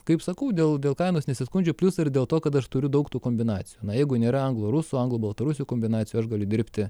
kaip sakau dėl dėl kainos nesiskundžiu plius ir dėl to kad aš turiu daug tų kombinacijų na jeigu nėra anglų rusų anglų baltarusių kombinacijų aš galiu dirbti